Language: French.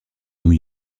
new